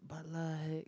but like